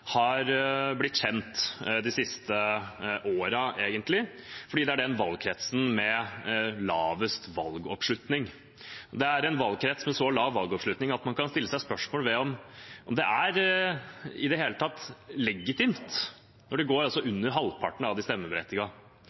de siste årene er blitt kjent fordi det er den valgkretsen som har lavest valgoppslutning. Det er en valgkrets med så lav valgoppslutning at man kan stille spørsmål ved om det i hele tatt er legitimt når altså under halvparten av de